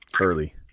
Early